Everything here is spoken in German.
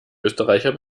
österreicher